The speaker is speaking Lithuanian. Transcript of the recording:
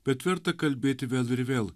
bet verta kalbėti vėl ir vėl